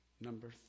number